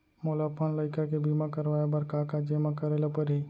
मोला अपन लइका के बीमा करवाए बर का का जेमा करे ल परही?